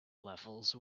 levels